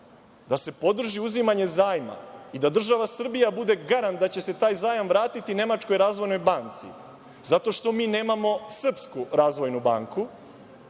da se podrži uzimanje zajma i da država Srbija bude garant da će se taj zajam vratiti Nemačkoj razvojnoj banci zato što mi nemamo srpsku razvojnu banku,